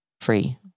free